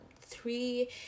three